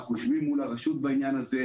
אנחנו יושבים מול הרשות המקומית בעניין הזה.